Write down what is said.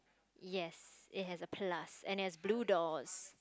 yes it has a plus and it has blue doors